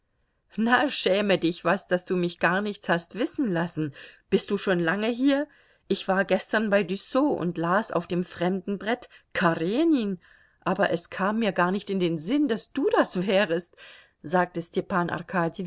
na schäme dich was daß du mich gar nichts hast wissen lassen bist du schon lange hier ich war gestern bei dussot und las auf dem fremdenbrett karenin aber es kam mir gar nicht in den sinn daß du das wärest sagt stepan